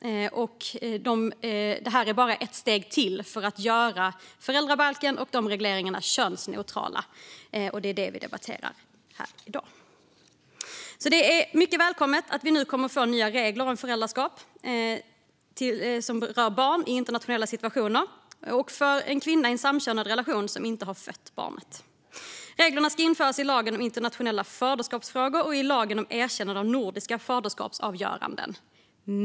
Det här är bara ett steg till för att göra föräldrabalkens regler könsneutrala, som är det vi debatterar här i dag. Det är mycket välkommet att vi nu kommer att få nya regler om föräldraskap i internationella situationer och för en kvinna i en samkönad relation som inte har fött barnet. Reglerna ska införas i lagen om internationella faderskapsfrågor och i lagen om erkännande av nordiska faderskapsavgöranden.